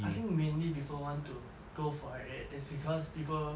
I think mainly people want to go for it is because people